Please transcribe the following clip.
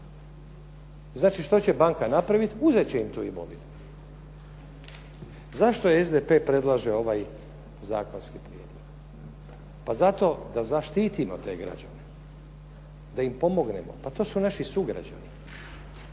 Znači, što će banka napraviti? Uzeti će im tu imovinu. Zašto SDP predlaže ovaj zakonski prijedlog? Pa zato da zaštitimo te građane, da im pomognemo, pa to su naši sugrađani.